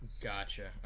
Gotcha